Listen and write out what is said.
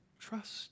Trust